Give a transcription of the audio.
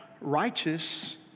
righteous